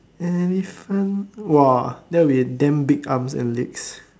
elephant !wah! that will be damn big arms and legs